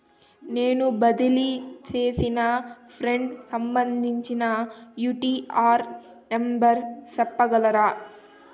నేను బదిలీ సేసిన ఫండ్స్ సంబంధించిన యూ.టీ.ఆర్ నెంబర్ సెప్పగలరా